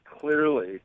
clearly